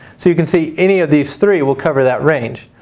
so you can see any of these three will cover that range.